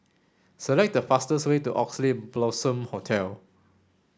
select the fastest way to Oxley Blossom Hotel